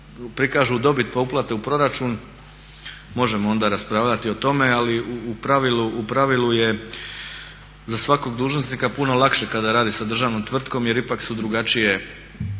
prikažu dobit pa uplate u proračun možemo onda raspravljati o tome ali u pravilu je za svakog dužnosnika puno lakše kada radi sa državnom tvrtkom jer ipak jeste drugačiji